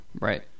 right